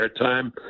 airtime